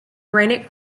granite